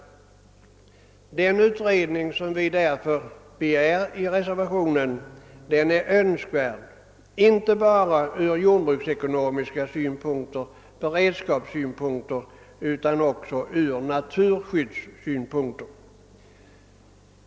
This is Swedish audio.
Den utredning som vi begär i reservationen är önskvärd inte bara ur jordbruksekonomiska sypunkter och ur beredskapssynpunkt utan även ur naturskyddssynpunkt.